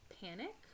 panic